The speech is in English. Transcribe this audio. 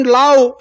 love